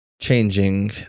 changing